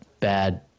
bad